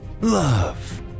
Love